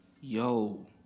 Yo